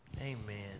Amen